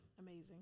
amazing